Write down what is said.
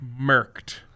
murked